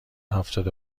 هفتاد